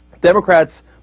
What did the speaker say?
Democrats